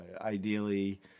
ideally